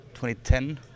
2010